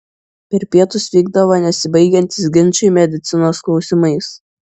per pietus vykdavo nesibaigiantys ginčai medicinos klausimais